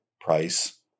price